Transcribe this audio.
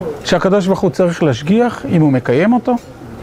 שהקב״ה הוא צריך להשגיח, אם הוא מקיים אותו.